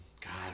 God